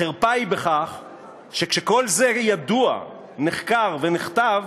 החרפה היא בכך שכשכל זה ידוע, נחקר ונכתב,